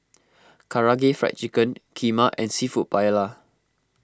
Karaage Fried Chicken Kheema and Seafood Paella